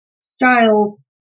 styles